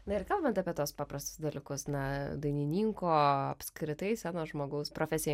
na ir kalbant apie tuos paprastus dalykus na dainininko apskritai scenos žmogaus profesija